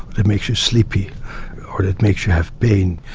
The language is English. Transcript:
that makes you sleepy or that makes you have pain.